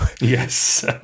Yes